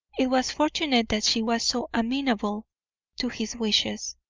it was fortunate she was so amenable to his wishes,